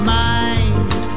mind